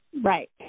Right